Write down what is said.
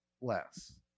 less